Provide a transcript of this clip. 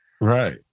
Right